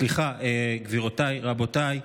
סליחה, גבירותיי, רבותיי,